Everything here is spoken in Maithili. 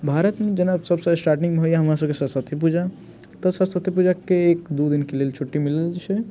भारतमे जेना सभसँ स्टार्टिंगमे होइए हमरासभके सरस्वती पूजा तऽ सरस्वती पूजाके एक दू दिनके लेल छुट्टी मिलल छै